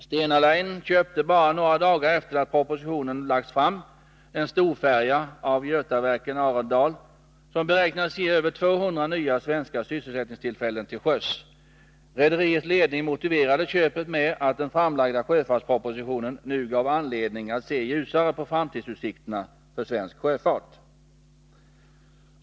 Stena Line köpte bara några dagar efter det propositionen framlagts en storfärja av Götaverken-Arendal, som beräknas ge över 200 nya svenska sysselsättningstillfällen till sjöss. Rederiets ledning motiverade köpet med att den framlagda sjöfartspropositionen nu gav anledning att se ljusare på framtidsutsikterna för svensk sjöfart.